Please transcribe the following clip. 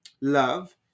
love